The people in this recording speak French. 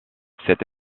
cette